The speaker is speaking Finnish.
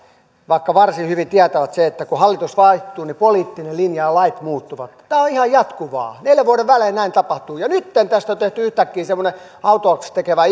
vaikka varsin hyvin tietävät sen että kun hallitus vaihtuu niin poliittinen linja ja lait muuttuvat tämä on ihan jatkuvaa neljän vuoden välein näin tapahtuu nytten tästä on tehty yhtäkkiä semmoinen autuaaksi tekevä